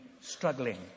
struggling